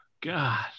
god